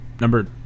number